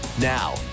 Now